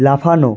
লাফানো